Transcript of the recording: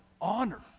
honor